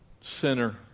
sinner